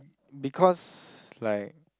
because like